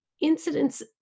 incidents